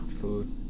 Food